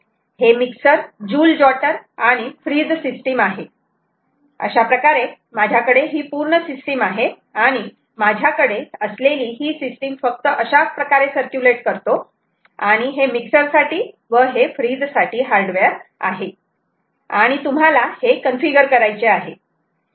हे मिक्सर जुल जॉटर आणि फ्रिज सिस्टीम आहे अशाप्रकारे माझ्याकडे ही पूर्ण सिस्टीम आहे आणि माझ्याकडे असलेली ही सिस्टीम फक्त अशाप्रकारे सर्क्युलेट्स करतो आणि हे मिक्सर साठी व हे फ्रिज साठी हार्डवेअर आहे आणि तुम्हाला हे कन्फिगर करायचे आहे